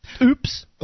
Oops